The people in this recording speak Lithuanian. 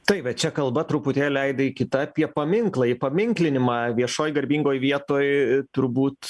taip bet čia kalba truputėlį aidai kita apie paminklą įpaminklinimą viešoj garbingoj vietoj turbūt